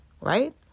right